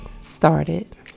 started